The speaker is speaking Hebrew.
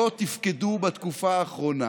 לא תפקדו בתקופה האחרונה.